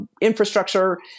infrastructure